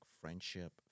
friendship